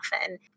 often